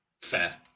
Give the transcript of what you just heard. Fair